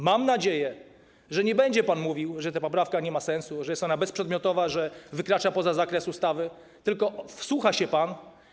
Mam nadzieję, że nie będzie pan mówił, że ta poprawka nie ma sensu, że jest ona bezprzedmiotowa, że wykracza poza zakres ustawy, tylko wsłucha się pan.